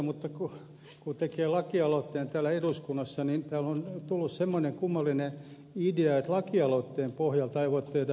mutta kun tekee lakialoitteen täällä eduskunnassa niin täällä on tullut kummallinen idea että lakialoitteen pohjalta ei voi tehdä lakia